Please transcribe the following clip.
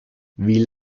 wie